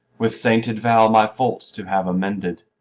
with sainted vow my faults to have amended.